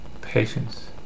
patience